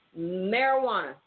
marijuana